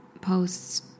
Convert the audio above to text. posts